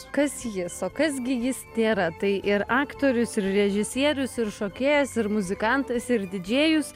kas jis o kas gi jis tėra tai ir aktorius ir režisierius ir šokėjas ir muzikantas ir didžėjus